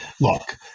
look